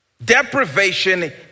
Deprivation